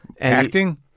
Acting